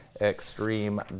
Extreme